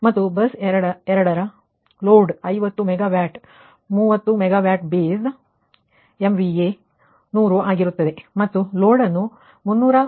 ಮತ್ತು ಬಸ್ 2 ನ load 50 mega watt 30 megawatt base MVA 100 ಆಗಿರುತ್ತದೆ ಮತ್ತು ಲೋಡ್ ಅನ್ನು 305